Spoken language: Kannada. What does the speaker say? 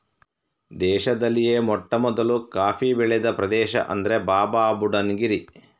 ದೇಶದಲ್ಲಿಯೇ ಮೊಟ್ಟಮೊದಲು ಕಾಫಿ ಬೆಳೆದ ಪ್ರದೇಶ ಅಂದ್ರೆ ಬಾಬಾಬುಡನ್ ಗಿರಿ